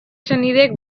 senideek